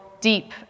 deep